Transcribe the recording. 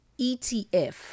ETF